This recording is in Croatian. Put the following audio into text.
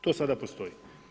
To sada postoji.